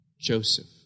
Joseph